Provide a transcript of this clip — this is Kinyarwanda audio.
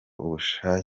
ububasha